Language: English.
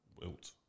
Wilt